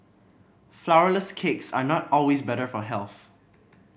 flourless cakes are not always better for health